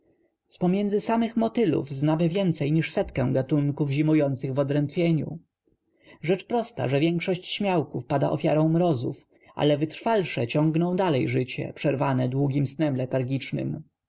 pomiędzy samych motylów znamy więcej niż setkę gatunków zimujących w odrętwieniu rzecz prosta że większość śmiałków pada ofiarą mrozów ale wytrwalsze ciągną dalej życie przerwane długim snem